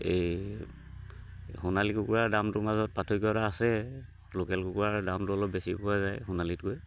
এই সোণালী কুকুৰাৰ দামটোৰ মাজত পাৰ্থক্য এটা আছে লোকেল কুকুৰাৰ দামটো অলপ বেছি পোৱা যায় সোণালীতকৈ